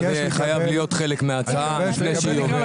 זה חייב להיות חלק מההצעה לפני שהיא עוברת.